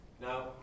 Now